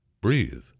breathe